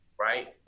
right